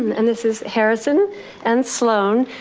and this is harrison and sloan.